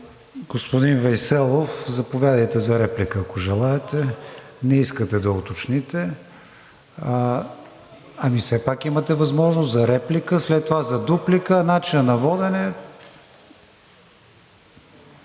Господин Вейселов, заповядайте за реплика, ако желаете. Не искате да уточните. Ами все пак имате възможност за реплика, след това за дуплика, начина на водене.